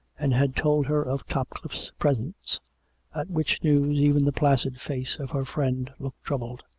and had told her of topcliffe's presence, at which news even the placid face of her friend looked troubled